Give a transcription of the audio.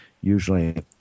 usually